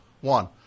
one